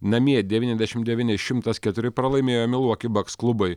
namie devyniasdešimt devyni šimtas keturi pralaimėjo miluoki baks klubui